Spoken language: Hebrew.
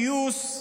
לגבי הגיוס,